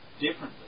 differently